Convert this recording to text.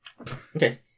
Okay